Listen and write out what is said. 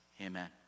Amen